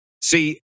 See